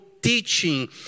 teaching